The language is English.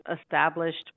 established